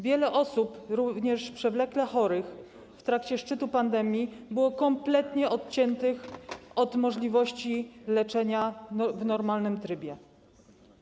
Wiele osób, również przewlekle chorych, w trakcie szczytu pandemii było kompletnie odciętych od możliwości leczenia w normalnym trybie.